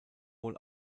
wohl